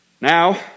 Now